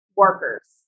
workers